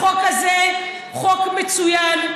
החוק הזה הוא חוק מצוין,